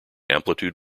amplitude